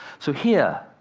so here,